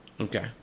Okay